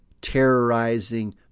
terrorizing